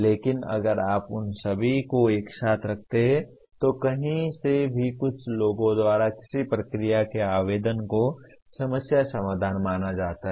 लेकिन अगर आप उन सभी को एक साथ रखते हैं तो कहीं से भी कुछ लोगों द्वारा किसी प्रक्रिया के आवेदन को समस्या समाधान माना जाता है